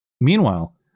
Meanwhile